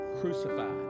Crucified